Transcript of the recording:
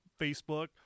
Facebook